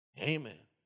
Amen